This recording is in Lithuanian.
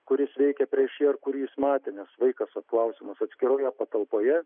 kuris veikė prieš jį ar kurį jis matė nes vaikas apklausiamas atskiroje patalpoje